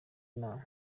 inama